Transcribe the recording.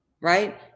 Right